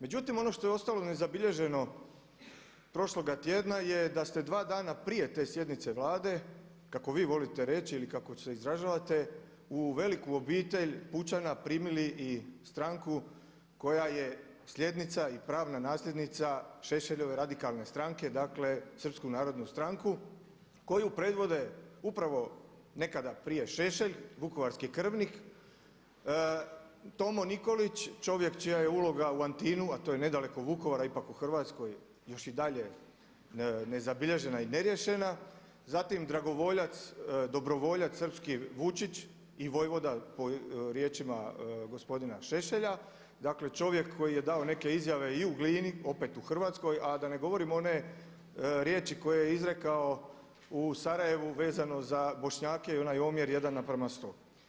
Međutim ono što je ostalo nezabilježeno prošloga tjedana je da ste dva dana prije te sjednice Vlade, kako vi to volite reći ili kako se izražavate, u veliku obitelj pučana primili i stranku koja je sljednica i pravna nasljednica Šešeljeve Radikalne stranke, dakle Srpsku narodnu stranku koju predvode upravo nekada prije Šešelj vukovarski krvnik, Tomo Nikolić čovjek čija je uloga u Antinu, a to je nedaleko od Vukovara ipak u Hrvatskoj još i dalje nezabilježena i neriješena, zatim dragovoljac dobrovoljac srpski Vučić i vojvoda po riječima gospodina Šešelja, dakle čovjek koji je dao neke izjave i u Glini opet u Hrvatskoj, a da ne govorim one riječi koje je izrekao u Sarajevu vezano za Bošnjake i onaj omjer 1:100.